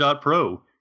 Pro